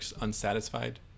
unsatisfied